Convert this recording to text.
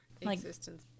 existence